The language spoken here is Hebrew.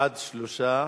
בעד, 3,